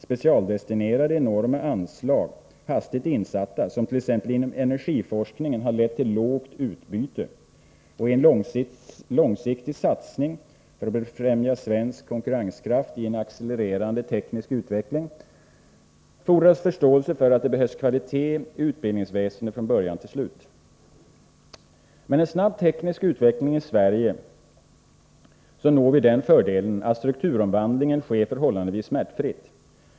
Specialdestinerade enorma anslag, hastigt insatta, som t.ex. inom energiforskningen, harlett till lågt utbyte. I en långsiktig satsning för att befrämja svensk konkurrenskraft i en accelererande teknisk utveckling fordras förståelse för att det behövs kvalitet i utbildningsväsendet från början till slut. Med en snabb teknisk utveckling i Sverige når vi den fördelen att strukturomvandlingen sker förhållandevis smärtfritt.